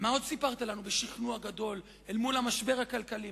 ומה עוד סיפרת לנו בשכנוע גדול אל מול המשבר הכלכלי?